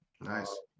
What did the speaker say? Nice